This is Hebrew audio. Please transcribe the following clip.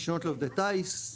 רישיונות לעובדי טייס,